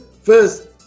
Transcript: first